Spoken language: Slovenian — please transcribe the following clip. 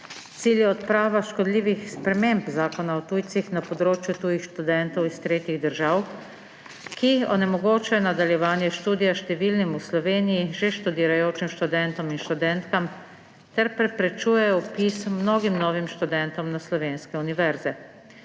Cilj je odprava škodljivih sprememb Zakona o tujcih na področju tujih študentov iz tretjih držav, ki onemogočajo nadaljevanje študija številnim v Sloveniji še študirajočim študentom in študentkam ter preprečujejo vpis mnogim novim študentom na slovenske univerze.